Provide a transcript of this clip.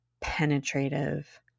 penetrative